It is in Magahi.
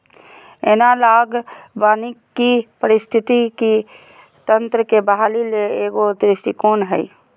एनालॉग वानिकी पारिस्थितिकी तंत्र के बहाली ले एगो दृष्टिकोण हइ